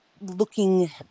looking